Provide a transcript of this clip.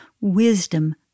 wisdom